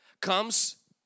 comes